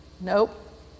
Nope